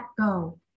go